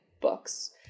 books